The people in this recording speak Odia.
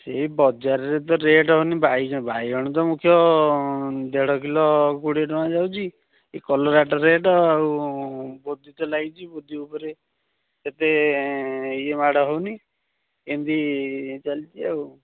ସେଇ ବଜାରରେ ତ ରେଟ୍ ହେଉନି ବାଇଗଣ ତ ମୁଖ୍ୟ ଦେଢ କିଲୋ କୋଡ଼ିଏ ଟଙ୍କା ଯାଉଛି କଲରା ତ ରେଟ୍ ଆଉ ବୋଜି ତ ଲାଗିଛି ବୋଜି ଉପରେ ଏତେ ଇଏ ମାଡ଼ ହେଉନି ଏମତି ଚାଲିଛି ଆଉ